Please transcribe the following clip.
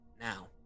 now